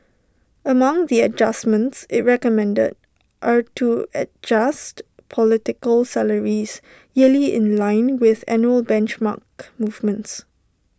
among the adjustments IT recommended are to adjust political salaries yearly in line with annual benchmark movements